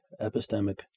epistemic